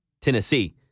Tennessee